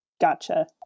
gotcha